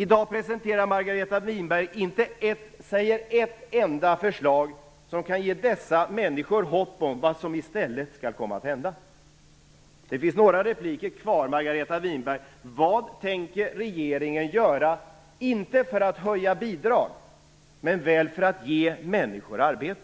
I dag presenterar Margareta Winberg inte ett enda förslag som kan ge dessa människor hopp om vad som skall komma att hända i stället. Margareta Winberg har några repliker kvar. Vad tänker regeringen göra, Margareta Winberg, inte för att höja bidrag men väl för att ge människor arbete?